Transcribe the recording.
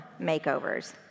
makeovers